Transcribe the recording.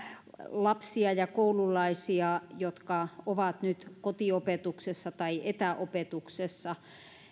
lapsia ja koululaisia jotka ovat nyt kotiopetuksessa tai etäopetuksessa